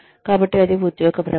కాబట్టి అది ఉద్యోగ భ్రమణం